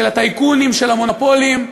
של הטייקונים, של המונופולים.